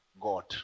god